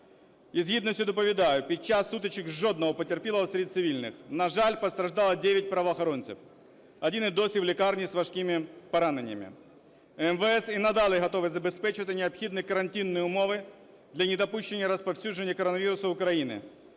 Із гідністю доповідаю, під час сутичок жодного потерпілого серед цивільних. На жаль, постраждало 9 правоохоронців, один і досі в лікарні з важкими пораненнями. МВС і надалі готові забезпечувати необхідні карантинні умови для недопущення розповсюдження коронавірусу в Україні,